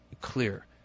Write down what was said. clear